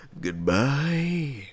Goodbye